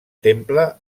temple